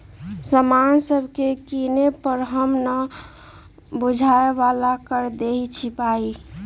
समान सभके किने पर हम न बूझाय बला कर देँई छियइ